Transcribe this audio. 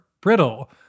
brittle